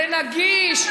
לנגיש,